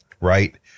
right